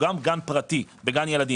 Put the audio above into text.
גם גן פרטי בגן ילדים,